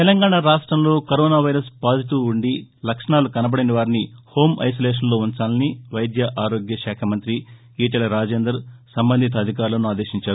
తెలంగాణ రాష్టంలో coronavirus positive ఉండి లక్షణాలు కనబడని వారిని హోం ఐసాలేషన్లో ఉంచాలని వైద్య ఆరోగ్య శాఖ మంగ్రి ఈటెల రాజేందర్ సంబంధిత అధికారులను ఆదేశించారు